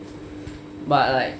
but like